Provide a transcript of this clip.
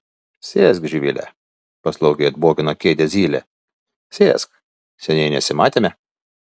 sėsk živile paslaugiai atbogino kėdę zylė sėsk seniai nesimatėme